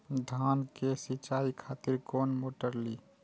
धान के सीचाई खातिर कोन मोटर ली?